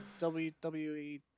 WWE